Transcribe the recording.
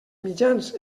mitjans